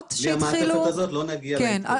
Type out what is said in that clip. מהמעטפת הזאת לא נגיע לכלום.